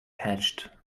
hatched